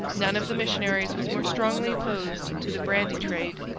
none of the missionaries was more strongly opposed to the brandy trade.